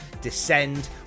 descend